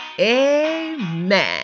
Amen